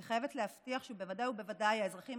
אני חייבת להבטיח שבוודאי ובוודאי האזרחים